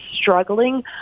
struggling